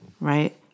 right